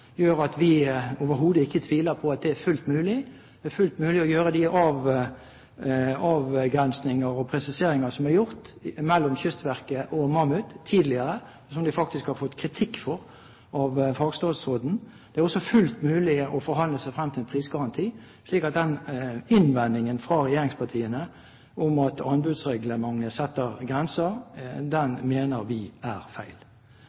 gjør at vi overhodet ikke tviler på at det er fullt mulig. Det er fullt mulig å gjøre de avgrensninger og presiseringer som er gjort mellom Kystverket om Mammoet tidligere, og som de faktisk har fått kritikk for av fagstatsråden. Det er også fullt mulig å forhandle seg frem til en prisgaranti, så innvendingen fra regjeringspartiene om at anbudsreglementet setter grenser, mener vi er feil.